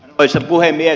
arvoisa puhemies